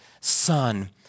Son